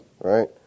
right